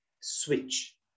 switch